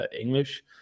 English